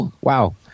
Wow